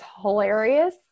hilarious